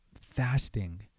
fasting